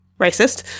racist